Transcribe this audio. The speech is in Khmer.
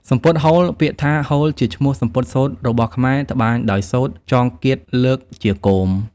សំពត់ហូល ពាក្យថា«ហូល» ជាឈ្មោះសំពត់សូត្ររបស់ខ្មែរ ត្បាញដោយសូត្រចងគាធលើកជាគោម។